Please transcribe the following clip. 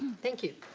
thank you.